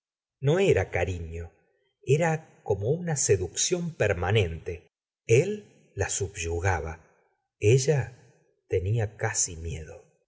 no era carifio era como una seducción permanente él la subyugaba ella tenia casi miedo